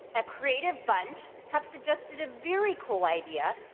a creative bunch, have suggested a very cool idea.